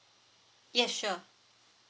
yes sure